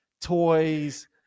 toys